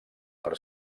per